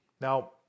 Now